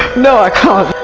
no, i can't!